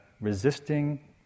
resisting